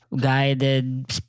guided